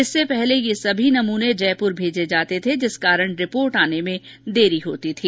इससे पहले ये सभी नमूने जयपुर भेजे जाते थे जिस कारण रिपोर्ट आने में देरी होती थी